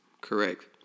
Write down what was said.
Correct